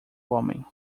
homem